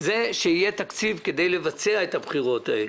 זה שיהיה תקציב כדי לבצע את הבחירות האלו.